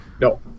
No